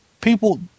people